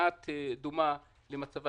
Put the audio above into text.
דומה במצבה